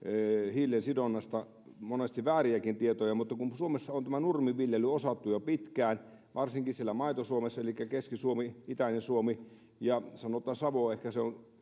hiilen sidonnasta monesti vääriäkin tietoja niin suomessa on tämä nurmiviljely osattu jo pitkään varsinkin siellä maito suomessa elikkä keski suomi itäinen suomi ja sanotaan savo ehkä